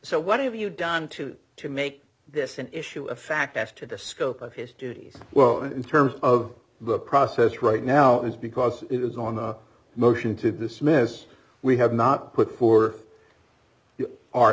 so what have you done to to make this an issue of fact after the scope of his duties well in terms of the process right now is because it is on a motion to dismiss we have not put